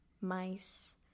mice